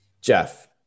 Jeff